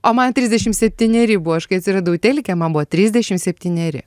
o man trisdešim septyneri buvo aš kai atsiradau telike man buvo trisdešim septyneri